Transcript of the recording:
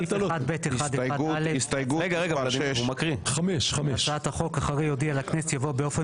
5. בסעיף 1(ב1)(1)(א) להצעת החוק אחרי 'יודיע לכנסת' יבוא 'באופן